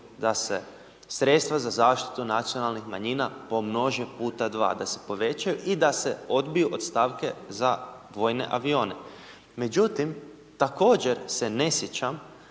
da se sredstva za zaštitu nacionalnih manjina pomnože puta dva, da se povećaju i da se odbiju od stavke za vojne avione. Međutim, također se ne sjećam